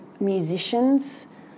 musicians